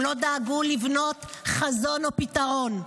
הם לא דאגו לבנות חזון או פתרון.